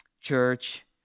church